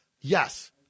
Yes